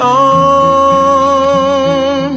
on